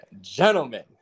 gentlemen